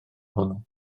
hwnnw